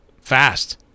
fast